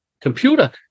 computer